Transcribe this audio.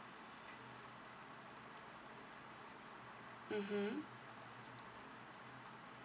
mmhmm